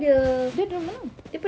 dia dari mana